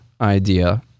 idea